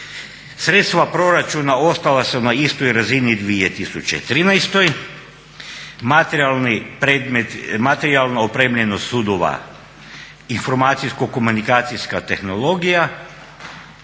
Sredstva proračuna ostala su na istoj razini 2013., materijalna opremljenost sudova, informacijsko-komunikacijska tehnologija